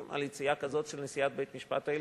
על יציאה כזאת של נשיאת בית-המשפט העליון,